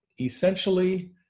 essentially